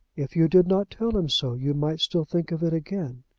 if you did not tell him so, you might still think of it again.